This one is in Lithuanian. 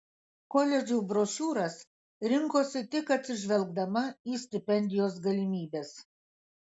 koledžų brošiūras rinkosi tik atsižvelgdama į stipendijos galimybes